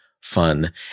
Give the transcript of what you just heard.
fun